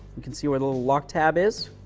you can see where the little lock tab is.